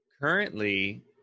Currently